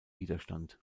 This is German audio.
widerstand